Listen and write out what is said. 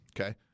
Okay